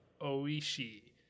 Oishi